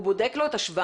הוא בודק לו את השבב?